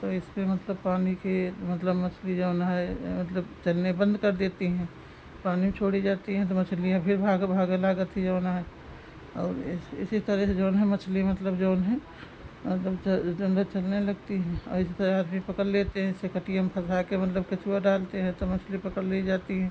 तो इसपर मतलब पानी के मतलब मछली जो है मतलब चलने बंद कर देती हैं पानी में छोड़ी जाती हैं तो मछलियाँ फिर भाग भागने लगती है जो है और इस इसी तरह से जो है मछली मतलब जो है जो अंदर चलने लगती हैं और इसी तरह आदमी पकड़ लेते हैं ऐसे कटिया में फंसा कर मतलब केंचुआ डालते हैं तो मछली पकड़ ली जाती हैं